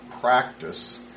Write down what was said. practice